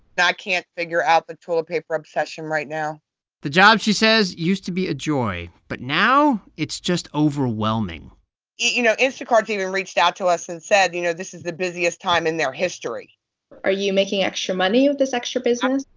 can't figure out the toilet paper obsession right now the job, she says, used to be a joy, but now it's just overwhelming you know, instacart even reached out to us and said, you know, this is the busiest time in their history are you making extra money with this extra business?